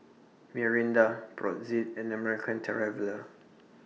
Mirinda Brotzeit and American Traveller